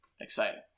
exciting